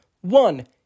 one